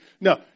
No